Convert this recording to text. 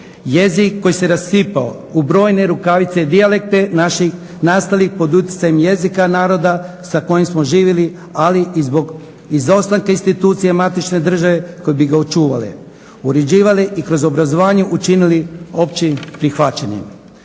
jezik koji se rasipao u brojne rukavice dijalekte naših nastalih pod utjecajem jezika naroda sa kojim smo živjeli ali i zbog izostanke institucije matične države koje bi ga očuvale, uređivale i kroz obrazovanje učinili opće prihvaćenim.